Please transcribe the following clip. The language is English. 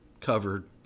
covered